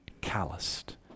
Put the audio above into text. calloused